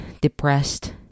depressed